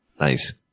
Nice